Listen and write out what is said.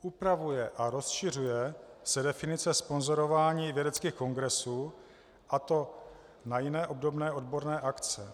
Upravuje a rozšiřuje se definice sponzorování vědeckých kongresů, a to na jiné obdobné odborné akce.